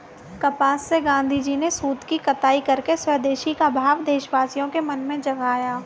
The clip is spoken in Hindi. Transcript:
कपास से गाँधीजी ने सूत की कताई करके स्वदेशी का भाव देशवासियों के मन में जगाया